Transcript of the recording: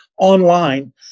online